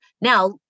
Now